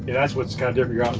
that's what's kind of different,